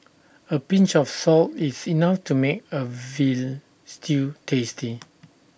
A pinch of salt is enough to make A Veal Stew tasty